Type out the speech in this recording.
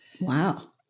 Wow